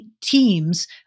teams